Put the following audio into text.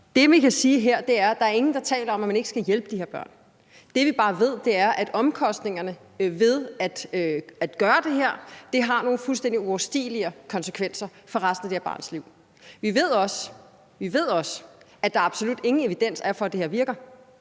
Det, vi kan sige her, er, at der er ingen, der taler om, at man ikke skal hjælpe de her børn. Det, vi bare ved, er, at omkostningerne ved at gøre det her er nogle fuldstændig uoverstigelige konsekvenser for resten af det her barns liv. Vi ved også, at der absolut ingen evidens er for, at det her virker.